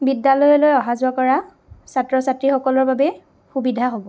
বিদ্য়ালয়লৈ অহা যোৱা কৰা ছাত্ৰ ছাত্ৰীসকলৰ বাবে সুবিধা হ'ব